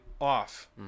off